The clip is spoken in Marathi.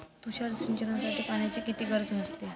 तुषार सिंचनासाठी पाण्याची किती गरज भासते?